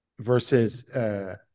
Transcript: versus